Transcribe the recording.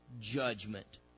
judgment